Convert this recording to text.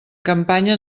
campanya